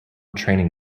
training